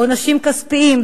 עונשים כספיים,